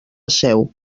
seu